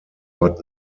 ort